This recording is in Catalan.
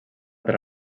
per